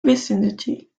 vicinity